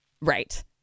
Right